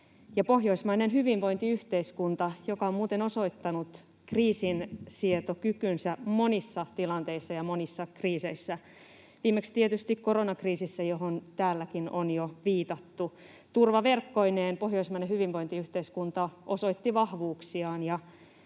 pohjoismainen hyvinvointiyhteiskunta, joka on muuten osoittanut kriisinsietokykynsä monissa tilanteissa ja monissa kriiseissä, viimeksi tietysti koronakriisissä, johon täälläkin on jo viitattu. Turvaverkkoineen pohjoismainen hyvinvointiyhteiskunta osoitti vahvuuksiaan,